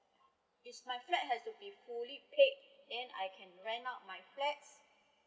is my flat hd to be fully paid then I can rent out my flat